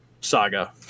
saga